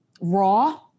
raw